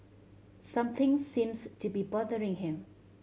something seems to be bothering him